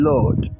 Lord